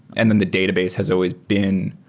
and then the database has always been,